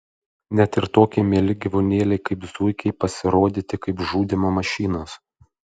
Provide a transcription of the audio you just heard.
net ir tokie mieli gyvūnėliai kaip zuikiai pasirodyti kaip žudymo mašinos